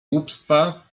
głupstwa